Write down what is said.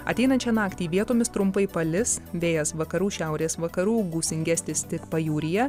ateinančią naktį vietomis trumpai palis vėjas vakarų šiaurės vakarų gūsingesnis tik pajūryje